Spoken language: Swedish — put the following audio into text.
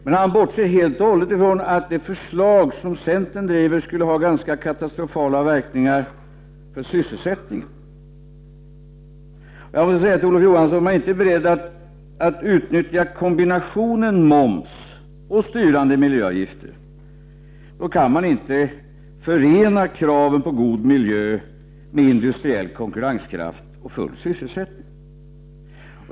Men han bortser helt från att det förslag som centern driver skulle ha katastrofala verkningar på sysselsättningen. Jag måste säga till Olof Johansson att om man inte är beredd att utnyttja kombinationen moms och styrande miljöavgifter, kan man inte förena kraven på god miljö med industriell konkurrenskraft och full sysselsättning.